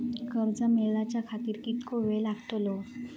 कर्ज मेलाच्या खातिर कीतको वेळ लागतलो?